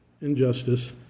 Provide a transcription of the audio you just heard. injustice